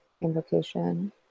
invocation